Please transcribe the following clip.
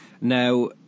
Now